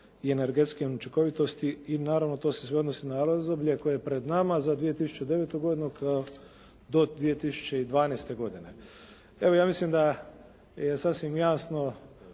i energetske učinkovitosti, i naravno to se sve odnosi na razdoblje koje je pred nama za 2009. godinu do 2012. godine. Evo, ja mislim da je sasvim jasno